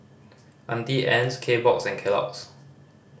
Auntie Anne's Kbox and Kellogg's